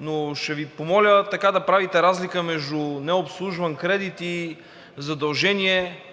но ще Ви помоля да правите разлика между необслужван кредит и задължение,